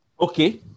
Okay